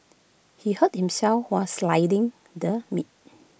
he hurt himself while sliding the meat